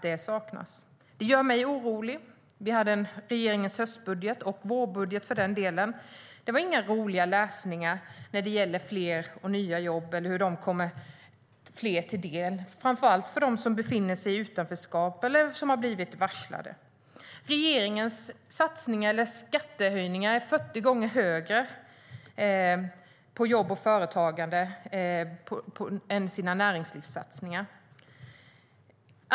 Det gör mig orolig. Regeringens höstbudget och för den delen även vårbudget var ingen rolig läsning i fråga om fler och nya jobb eller hur de ska komma fler till del, framför allt de som befinner sig i utanförskap eller har blivit varslade. Regeringens skattehöjningar på jobb och företagande är 40 gånger högre än näringslivssatsningarna.